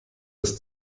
das